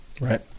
right